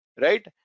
right